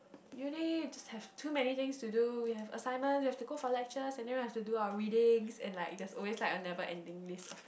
uni just have too many things to do we have assignments we have to go for lectures and then we have to do our readings and like there's always like a never ending list of